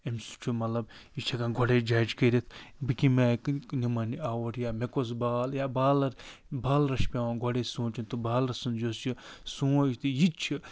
أمۍ سُنٛد چھُ مطلب یہِ چھُ ہٮ۪کان گۄڈَے جج کٔرِتھ بہٕ کٔمہِ آیہِ نِمن یہِ آوُٹ یا مےٚ کۄس بال یا بالر بالرس چھِ پٮ۪وان گۄڈَے سونٛچُن تہٕ بالرس سُنٛد یُس یہِ سونٛچ تہِ یہِ تہِ چھُ